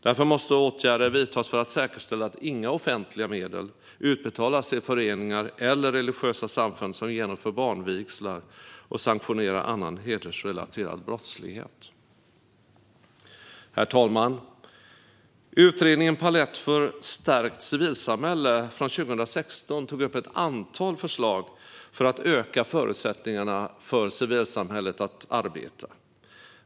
Därför måste åtgärder vidtas för att säkerställa att inga offentliga medel utbetalas till föreningar eller religiösa samfund som genomför barnvigslar och sanktionerar annan hedersrelaterad brottslighet. Herr talman! Utredningen Palett för ett stärkt civilsamhälle från 2016 tog upp ett antal förslag för att öka förutsättningarna för civilsamhället att arbeta.